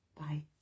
Bye